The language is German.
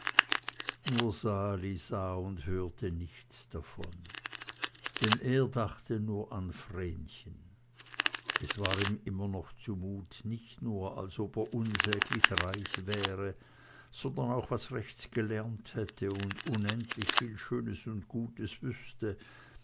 nur sali sah und hörte nichts davon denn er dachte nur an vrenchen es war ihm immer noch zu mut nicht nur als ob er unsäglich reich wäre sondern auch was rechts gelernt hätte und unendlich viel schönes und gutes wüßte